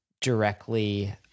directly